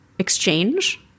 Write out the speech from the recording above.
exchange